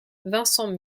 vincent